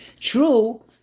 true